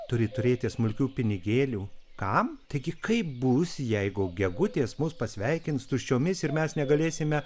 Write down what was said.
turi turėti smulkių pinigėlių kam taigi kaip bus jeigu gegutės mus pasveikins tuščiomis ir mes negalėsime